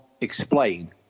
explain